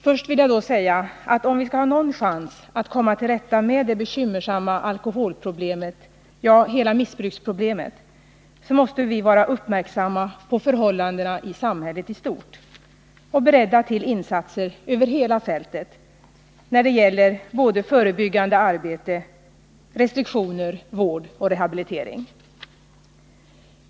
Först vill jag då säga att om vi skall ha någon chans att komma till rätta med det bekymmersamma alkoholproblemet — ja, hela missbruksproblemet — måste vi vara uppmärksamma på förhållandena i samhället i stort och beredda till insatser över hela fältet både när det gäller förebyggande arbete, restriktioner, vård och rehabilitering.